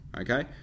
okay